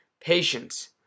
patience